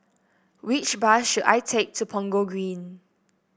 which bus should I take to Punggol Green